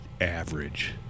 average